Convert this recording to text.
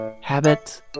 Habit